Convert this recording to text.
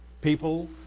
people